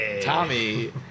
Tommy